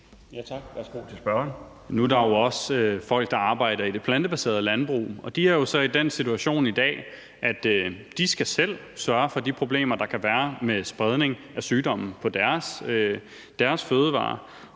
Carl Valentin (SF): Nu er der jo også folk, der arbejder i det plantebaserede landbrug, og de er jo så i den situation i dag, at de selv skal sørge for at løse de problemer, der kan være med spredning af sygdom i deres fødevarer.